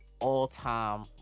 all-time